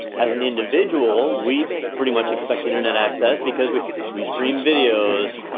as an individual, we pretty much expect internet access, because we we stream videos,